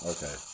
Okay